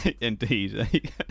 indeed